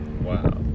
Wow